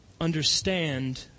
understand